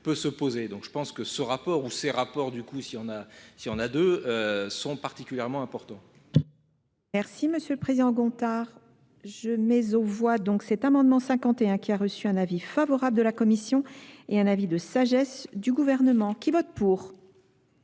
peut se poser je pense don que ce rapport ou ces rapports du coup s'il y en a s'il sihon particulièrement importants monsieur le président gontard je mets aux voix cet amendement cinquante et un qui a reçu un avis favorable de la commission et un avis de sagesse du gouvernement qui vote pour